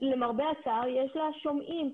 למרבה הצער יש לה שומעים.